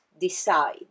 decide